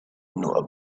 nor